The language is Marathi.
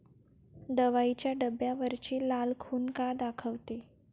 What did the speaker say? दवाईच्या डब्यावरची लाल खून का दाखवते?